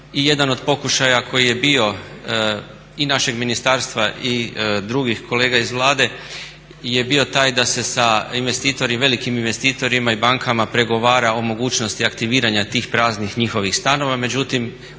i jedan od pokušaja koji je bio i našeg ministarstva i drugih kolega iz Vlade je bio taj da se sa velikim investitorima i bankama pregovara o mogućnosti aktiviranja tih praznih njihovih stanova međutim